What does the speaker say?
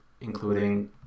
including